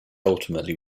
ultimately